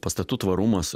pastatų tvarumas